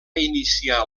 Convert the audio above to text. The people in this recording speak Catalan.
iniciar